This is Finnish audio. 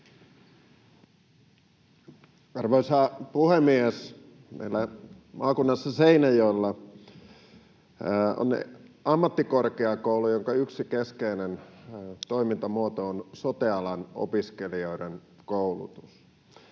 Arvoisa puhemies! Meillä maakunnassa Seinäjoella on ammattikorkeakoulu, jonka yksi keskeinen toimintamuoto on sote-alan opiskelijoiden koulutus.